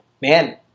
man